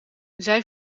zij